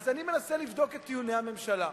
אז אני מנסה לבדוק את טיעוני הממשלה.